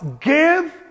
Give